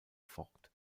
ford